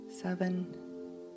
seven